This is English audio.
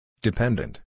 Dependent